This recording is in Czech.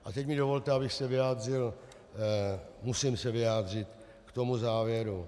A teď mi dovolte, abych se vyjádřil musím se vyjádřit k tomu závěru.